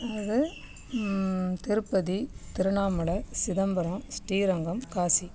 அதாவது திருப்பதி திருவண்ணாமலை சிதம்பரம் ஸ்ரீரங்கம் காசி